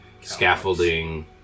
Scaffolding